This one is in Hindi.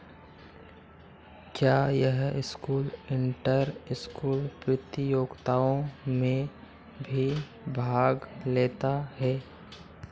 क्या यह स्कूल इंटर इस्कूल प्रतियोगिताओं में भी भाग लेता है